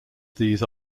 these